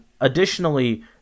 additionally